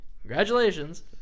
Congratulations